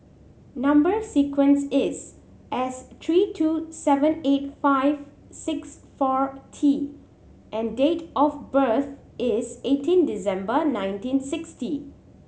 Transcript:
number sequence is S three two seven eight five six four T and date of birth is eighteen December nineteen sixty